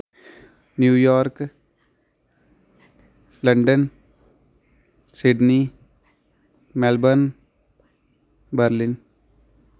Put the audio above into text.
New York London Sydney Melbourne Berlin